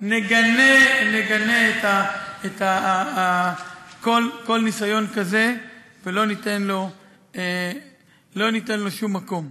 נגנה, נגנה כל ניסיון כזה ולא ניתן לו שום מקום.